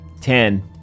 Ten